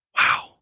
Wow